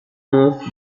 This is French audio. neuf